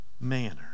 manner